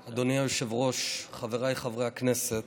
היושב-ראש, חבריי חברי הכנסת.